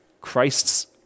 Christ's